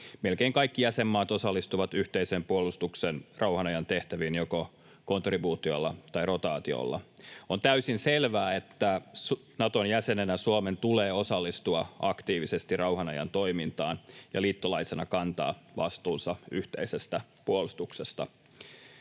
Melkein kaikki jäsenmaat osallistuvat yhteisen puolustuksen rauhan ajan tehtäviin joko kontribuutiolla tai rotaatiolla. On täysin selvää, että Naton jäsenenä Suomen tulee osallistua aktiivisesti rauhan ajan toimintaan ja liittolaisena kantaa vastuunsa yhteisestä puolustuksesta.